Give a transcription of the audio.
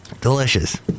Delicious